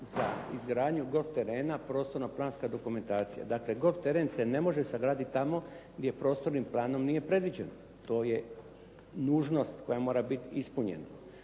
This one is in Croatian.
za izgradnju golf terena prostorno planska dokumentacija. Dakle, golf teren se ne može sagraditi tamo gdje prostornim planom nije predviđeno. To je nužnost koja mora biti ispunjena.